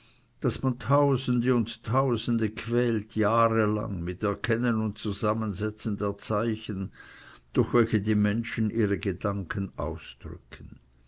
daß man tausende und tausende quält jahre lang mit erkennen und zusammensetzen der zeichen durch welche die menschen ihre gedanken ausdrücken